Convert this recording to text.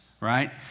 right